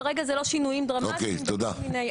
כרגע זה לא שינויים דרמטיים וכל מיני.